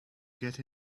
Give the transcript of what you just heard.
get